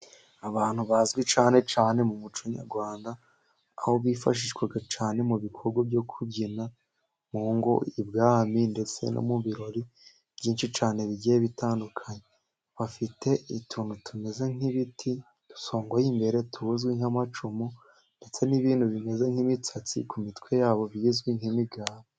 Abantu bazwi cyane cyane mu muco nyarwanda, aho bifashishwa cyane mu bikorwa byo kubyina mu ngo ibwami ndetse no mu birori byinshi cyane bigiye bitandukanye. bafite utuntu tumeze nk'ibiti dusongoye tuzwi nk'amacumu ndetse n'ibintu bimeze nk'ibisatsi ku mitwe yabo, bizwi nk'imigara.